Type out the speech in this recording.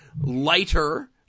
lighter